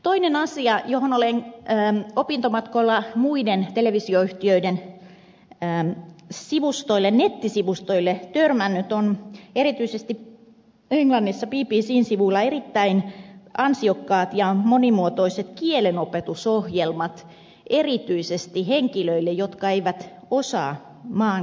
toinen asia johon olen opintomatkoilla muiden televisioyhtiöiden käänne sius gaylen nettisivustoille ja nettisivustoilla törmännyt on erityisesti englannissa bbcn sivuilla erittäin ansiokkaat ja monimuotoiset kielenopetusohjelmat erityisesti henkilöille jotka eivät osaa maan kieltä